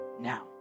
now